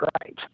right